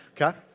Okay